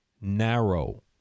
narrow